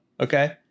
Okay